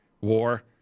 war